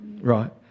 right